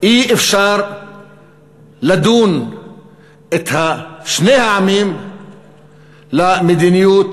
אי-אפשר לדון את שני העמים למדיניות